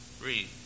Read